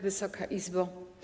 Wysoka Izbo!